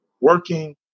working